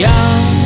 Young